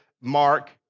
Mark